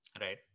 Right